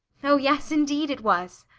oh yes, indeed it was.